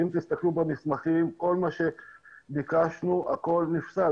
ואם תסתכלו במסמכים, כל מה שביקשנו, הכול נפסל.